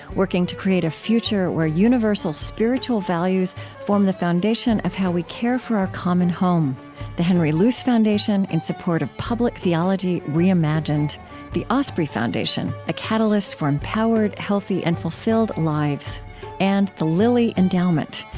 working to create a future where universal spiritual values form the foundation of how we care for our common home the henry luce foundation, in support of public theology reimagined the osprey foundation, a catalyst for empowered, healthy, and fulfilled lives and the lilly endowment,